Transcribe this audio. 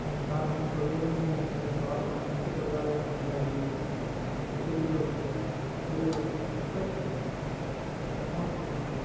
ആ സാർ ഞാൻ പൊഴിയൂരിൽ നിന്ന് ഒരു പാവപ്പെട്ട മത്സ്യതൊഴിലാളിയാണ് സംസാരിക്കുന്നത് എനിക്കൊരു ഒരു ഫിക്സഡ് അക്കൗണ്ട് വേണമായിരുന്നു